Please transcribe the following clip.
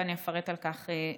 ואני אפרט על כך בהמשך.